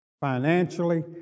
financially